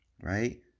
right